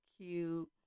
cute